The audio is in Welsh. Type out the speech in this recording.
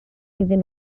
iddyn